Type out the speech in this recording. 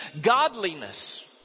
godliness